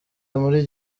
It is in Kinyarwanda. muri